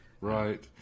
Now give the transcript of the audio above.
Right